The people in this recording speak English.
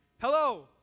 Hello